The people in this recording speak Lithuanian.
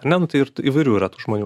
ar ne nu tai ir įvairių žmonių